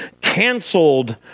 canceled